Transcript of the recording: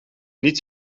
niet